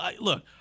look